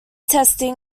testing